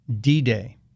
D-Day